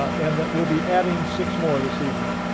and that we'll be adding six more this evening.